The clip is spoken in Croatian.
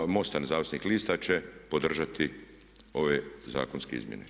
Klub MOST-a Nezavisnih lista će podržati ove zakonske izmjene.